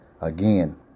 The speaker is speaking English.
Again